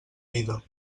vida